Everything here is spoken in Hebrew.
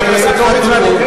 חבר הכנסת הורוביץ,